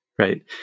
right